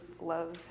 love